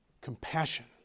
compassion